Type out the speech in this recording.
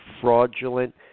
fraudulent